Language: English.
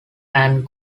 that